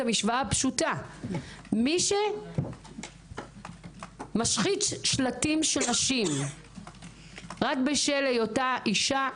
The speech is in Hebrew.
את המשוואה הפשוטה מי שמשחית שלטים של נשים רק בשל היותה אישה,